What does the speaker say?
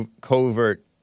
Covert